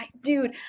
dude